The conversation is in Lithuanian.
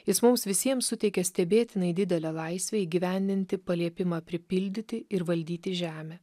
jis mums visiems suteikė stebėtinai didelę laisvę įgyvendinti paliepimą pripildyti ir valdyti žemę